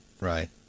Right